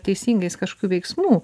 teisingais kašokių veiksmų